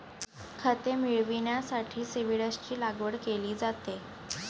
खते मिळविण्यासाठी सीव्हीड्सची लागवड केली जाते